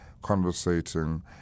conversating